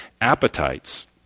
appetites